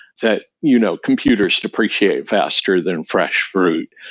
that you know computers depreciated faster than fresh fruit.